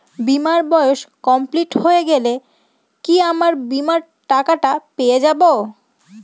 বীমার বয়স কমপ্লিট হয়ে গেলে কি আমার বীমার টাকা টা পেয়ে যাবো?